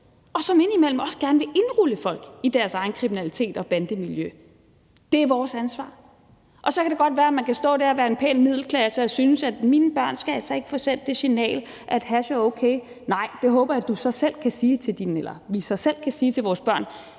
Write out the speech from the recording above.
og som indimellem også gerne vil indrullere folk i deres egen kriminalitet og bandemiljø. Det er vores ansvar. Og så kan det godt være, man kan stå der og være fra en pæn middelklasse og synes, at mine børn altså ikke skal få sendt det signal, at hash er okay. Nej, det håber jeg vi så selv kan sige til vores børn. Men sagen er bare,